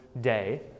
Day